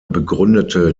begründete